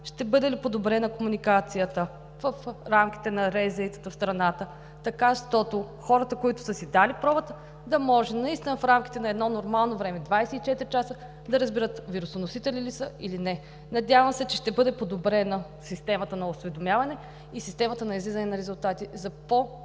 ще бъде ли подобрена комуникацията в рамките на РЗИ-тата в страната, така щото хората, които са си дали пробата, да може наистина в рамките на едно нормално време – 24 часа, да разберат вирусоносители ли са или не? Надявам се, че ще бъде подобрена системата на осведомяване и системата на излизане на резултати за по-адекватни